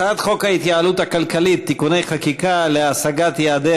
הצעת חוק ההתייעלות הכלכלית (תיקוני חקיקה להשגת יעדי